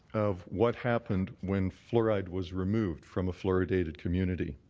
of what happened when fluoride was removed from a fluoridated community.